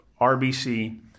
RBC